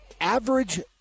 average